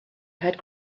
had